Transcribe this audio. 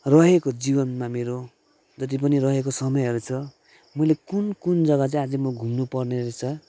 रहेको जीवनमा मेरो जति पनि रहेको समयहरू छ मैले कुन कुन जग्गा चाहिँ अझै घुम्नु पर्ने रहेछ